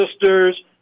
sisters